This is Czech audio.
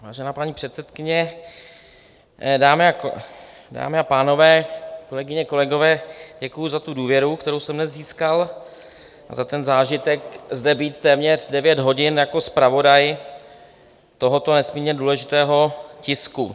Vážená paní předsedkyně, dámy a pánové, kolegyně, kolegové, děkuji za tu důvěru, kterou jsem dnes získal, a za ten zážitek zde být téměř devět hodin jako zpravodaj tohoto nesmírně důležitého tisku.